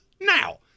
Now